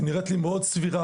היא נראית לי מאוד סבירה,